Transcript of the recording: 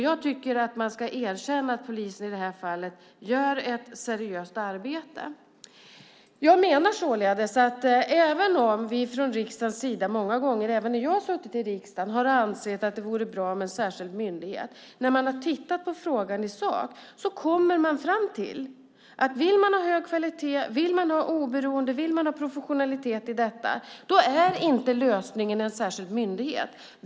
Jag tycker att man ska erkänna att polisen i det här fallet gjort ett seriöst arbete. Även om vi från riksdagens sida många gånger, även jag då jag suttit i riksdagen, har ansett att det vore bra med en särskild myndighet kommer man efter att ha tittat på frågan i sak fram till att vill vi ha hög kvalitet, oberoende och professionalitet är inte lösningen en särskild myndighet.